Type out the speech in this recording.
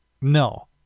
No